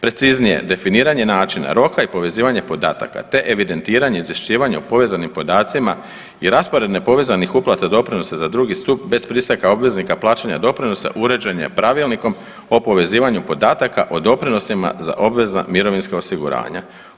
Preciznije definiranje načina roka i povezivanje podataka, te evidentiranje izvješćivanje o povezanim podacima i raspored nepovezanih uplata doprinosa za drugi stup bez pristanka obveznika plaćanja doprinosa uređen je Pravilnikom o povezivanju podataka o doprinosima za obvezna mirovinska osiguranja.